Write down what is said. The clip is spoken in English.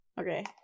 Okay